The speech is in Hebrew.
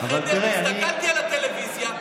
הסתכלתי על הטלוויזיה,